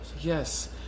yes